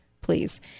please